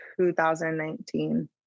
2019